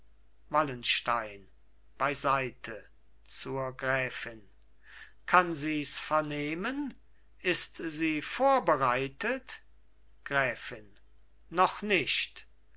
wallenstein beiseite zur gräfin kann sies vernehmen ist sie vorbereitet gräfin noch nicht